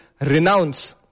renounce